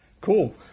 Cool